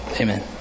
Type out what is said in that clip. Amen